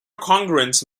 congruence